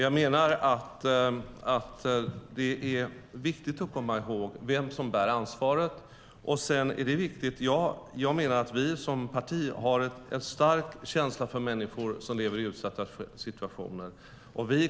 Jag menar dock att det är viktigt att komma ihåg vem som bär ansvaret. Jag menar att vi som parti har en stark känsla för människor som lever i utsatta situationer.